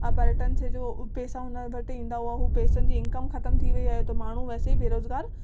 पर्यटन से जो उहे पैसा हुन घटि ईंदा हुआ हू पैसा जी इनकम ख़तम थी वई आहे त माण्हू वैसे ई बेरोज़गार